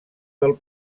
del